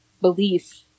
belief